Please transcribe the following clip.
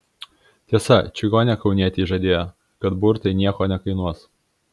tiesa čigonė kaunietei žadėjo kad burtai nieko nekainuos